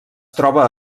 troba